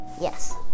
Yes